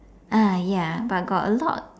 ah ya but got a lot